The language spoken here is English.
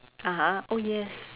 (uh huh) oh yes